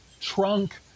trunk